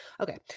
okay